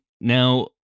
Now